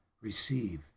receive